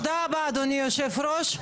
תודה רבה, אדוני יושב הראש.